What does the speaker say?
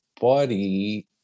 body